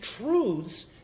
truths